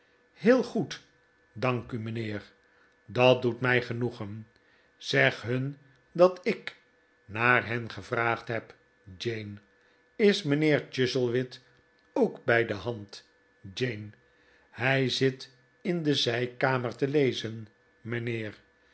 heel goed dank u mijnheer dat doet mij genoegen zeg hun dat ik naar hen gevraagd heb jane is mijnheer chuzzlewit ook bij de hand jane hij zit in de zijkamer te lezen mijnheer